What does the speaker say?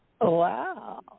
wow